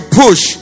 push